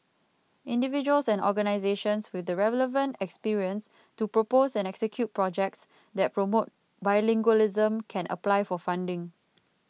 individuals and organisations with the relevant experience to propose and execute projects that promote bilingualism can apply for funding